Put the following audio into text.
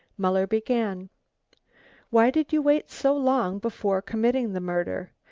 muller began why did you wait so long before committing the murder?